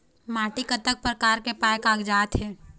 माटी कतक प्रकार के पाये कागजात हे?